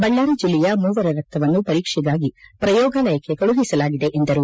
ಬಳ್ಳಾರಿ ಜಿಲ್ಲೆಯ ಮೂವರ ರಕ್ತವನ್ನು ಪರೀಕ್ಷೆಗಾಗಿ ಪ್ರಯೋಗಾಲಯಕ್ಷೆ ಕಳುಹಿಸಲಾಗಿದೆ ಎಂದರು